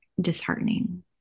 disheartening